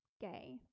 gay